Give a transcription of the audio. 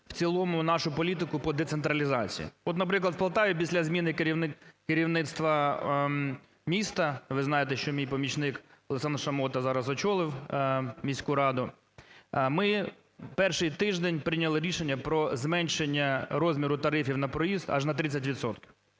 в цілому нашу політику по децентралізації? От, наприклад, в Полтаві після зміни керівництва міста (ви знаєте. що мій помічник Олександр Шамота зараз очолив міську раду) ми в перший тиждень прийняли рішення про зменшення розміру тарифів на проїзд аж на 30